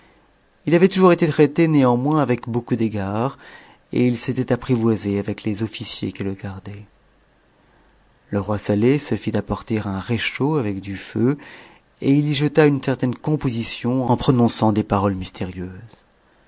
il avait toujours été tt ut néanmoins avec beaucoup d'égards et il s'était apprivoisé avec les ot iciers qui le gardaient le roi sateh se fit apporter un réchaud avec du feu et il y jeta une certaine composition en prononçant des paroles mystérieuses